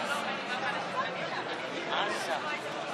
סמי אבו שחאדה,